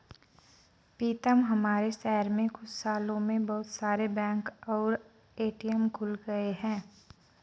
पीतम हमारे शहर में कुछ सालों में बहुत सारे बैंक और ए.टी.एम खुल गए हैं